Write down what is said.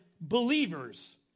believers